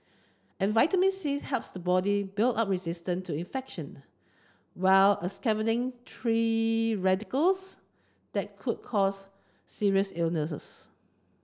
and vitamin C helps the body build up resistance to infection while a scavenging tree radicals that could cause serious illnesses